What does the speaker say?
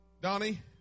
Donnie